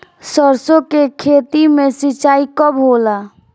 सरसों के खेत मे सिंचाई कब होला?